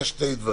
יש שני דברים.